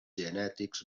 genètics